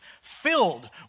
filled